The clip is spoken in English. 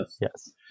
Yes